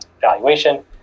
valuation